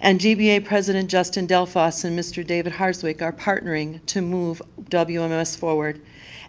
and gba president justin delfas and mr. david hartwig are partnering to move wms forward